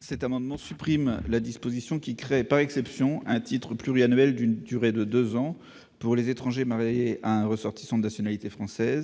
objet de supprimer la disposition qui crée, par exception, un titre pluriannuel d'une durée de deux ans pour les étrangers mariés à un ressortissant français,